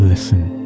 Listen